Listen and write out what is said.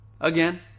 again